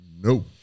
No